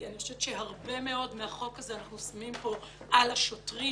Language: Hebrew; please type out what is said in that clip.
כי הרבה מאוד מהחוק הזה אנחנו שמים פה על השוטרים